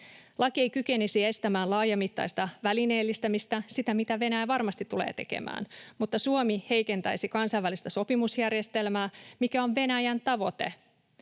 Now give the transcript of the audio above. Laki ei kykenisi estämään laajamittaista välineellistämistä, sitä, mitä Venäjä varmasti tulee tekemään, mutta Suomi heikentäisi kansainvälistä sopimusjärjestelmää, mikä on Venäjän tavoite.